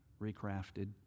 recrafted